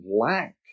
lack